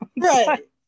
Right